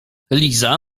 liza